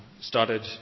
started